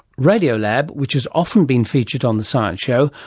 radiolab, which has often been featured on the science show,